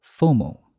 FOMO